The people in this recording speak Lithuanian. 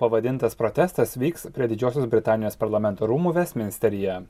pavadintas protestas vyks prie didžiosios britanijos parlamento rūmų vestminsteryje